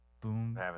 Boom